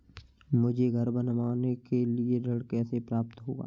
मुझे घर बनवाने के लिए ऋण कैसे प्राप्त होगा?